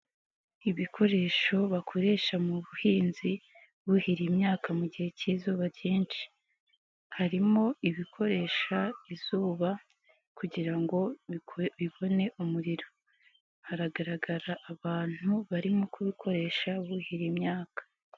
Ibikoresho bakoresha mu buhinzi buhira imyaka mu gihe k'izuba ryinshi, harimo ibikoresha izuba kugira ngo bibone umuriro, hagaragara abantu barimo kubikoresha buhira imyaka.